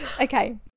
Okay